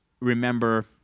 remember